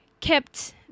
kept